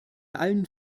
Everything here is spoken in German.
allen